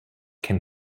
can